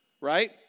right